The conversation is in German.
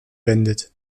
wendet